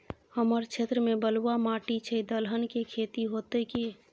हमर क्षेत्र में बलुआ माटी छै, दलहन के खेती होतै कि?